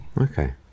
Okay